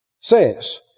says